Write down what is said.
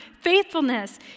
Faithfulness